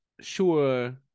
sure